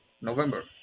November